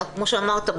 כמו שאמרת,